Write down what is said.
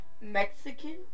Mexican